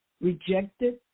rejected